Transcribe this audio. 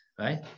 right